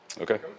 Okay